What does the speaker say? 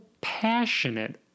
passionate